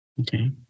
Okay